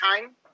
time